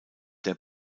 der